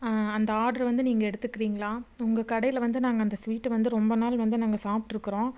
அந்த ஆர்ட்ரு வந்து நீங்கள் எடுத்துக்கிறீங்களா உங்கள் கடையில் வந்து நாங்கள் அந்த ஸ்வீட்டை வந்து ரொம்ப நாள் வந்து நாங்கள் சாப்பிட்ருக்குறோம்